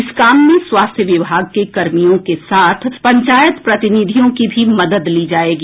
इस काम में स्वास्थ्य विमाग के कर्मियों के साथ पंचायत प्रतिनिधियों की भी मदद ली जायेगी